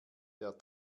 der